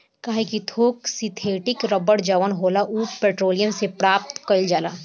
काहे कि थोक सिंथेटिक रबड़ जवन होला उ पेट्रोलियम से प्राप्त कईल जाला